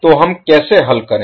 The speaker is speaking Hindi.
तो हम कैसे हल करें